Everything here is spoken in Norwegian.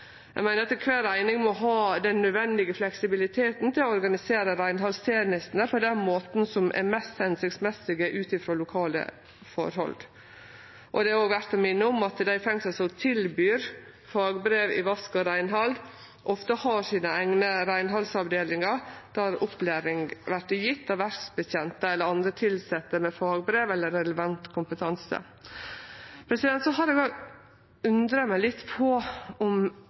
Eg meiner at kvar eining må ha den nødvendige fleksibiliteten til å organisere reinhaldstenestene på den måten som er mest hensiktsmessig ut frå lokale forhold. Det er òg verdt å minne om at dei fengsla som tilbyr fagbrev i vask og reinhald, ofte har sine eigne reinhaldsavdelingar der opplæring vert gjeven av verksbetjentar eller andre tilsette med fagbrev eller relevant kompetanse. Eg har òg undra meg litt på om